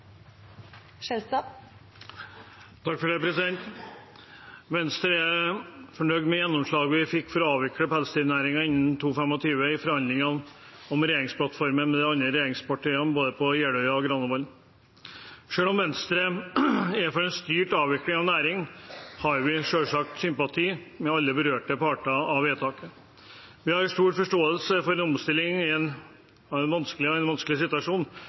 forhandlingene om regjeringsplattformen med de andre regjeringspartiene på både Jeløya og Granavollen. Selv om Venstre er for en styrt avvikling av næringen, har vi selvsagt sympati med alle parter som er berørte av vedtaket. Vi har stor forståelse for at omstilling er en vanskelig situasjon, og derfor har vi hele tiden vært opptatt av at pelsdyrnæringen skal få en